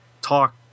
talk